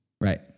Right